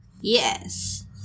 Yes